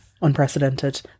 unprecedented